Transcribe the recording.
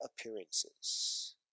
appearances